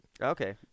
Okay